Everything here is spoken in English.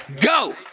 Go